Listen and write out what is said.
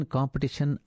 Competition